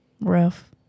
Rough